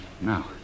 Now